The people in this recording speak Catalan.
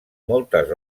moltes